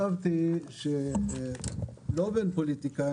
אני חשבתי שלא בין פוליטיקאים,